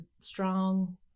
strong